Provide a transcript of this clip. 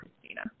Christina